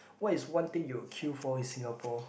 what's one thing you would queue for in Singapore